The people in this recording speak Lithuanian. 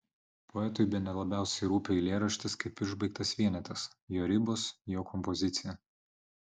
poetui bene labiausiai rūpi eilėraštis kaip išbaigtas vienetas jo ribos jo kompozicija